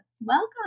welcome